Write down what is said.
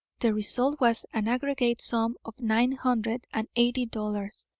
the result was an aggregate sum of nine hundred and eighty dollars,